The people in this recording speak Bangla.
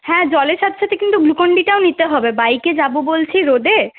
হ্যাঁ জলের সাথে সাথে কিন্তু গ্লুকনডিটাও নিতে হবে বাইকে যাবো বলছি রোদে